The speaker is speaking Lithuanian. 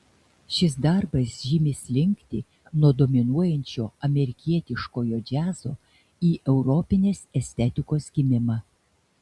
šis darbas žymi slinktį nuo dominuojančio amerikietiškojo džiazo į europinės estetikos gimimą